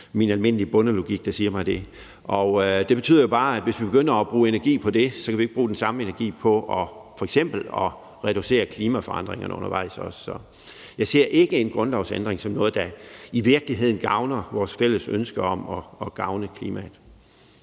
jo bare, at hvis vi begynder at bruge energi på det, kan vi ikke bruge den samme energi på f.eks. også at reducere klimaforandringerne undervejs. Så jeg ser ikke en grundlovsændring som noget, der i virkeligheden gavner vores fælles ønske om at gavne klimaet.